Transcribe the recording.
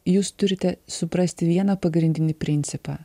jūs turite suprasti vieną pagrindinį principą